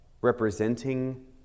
representing